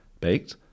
baked